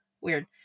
weird